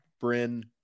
Bryn